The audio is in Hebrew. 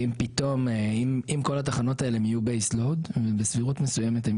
אם כל התחנות האלה יהיו Base Load ובסבירות מסוימת הן